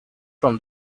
from